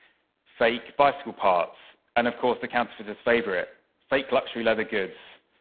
fake bicycle parts, and, of course, the counterfeiter's favorite, fake luxury leather goods,